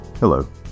Hello